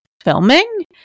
filming